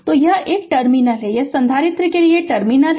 तो यह एक यह टर्मिनल है यह संधारित्र के लिए टर्मिनल है